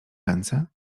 ręce